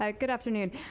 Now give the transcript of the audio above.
um good afternoon.